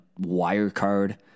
Wirecard